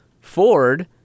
Ford